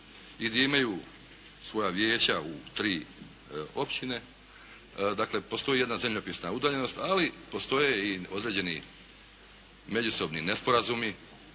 i gdje imaju svoja vijeća u 3 općine dakle postoji jedna zemljopisna udaljenost ali postoje i određeni međusobni nesporazumi